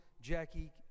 Jackie